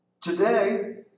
Today